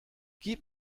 gib